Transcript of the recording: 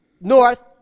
north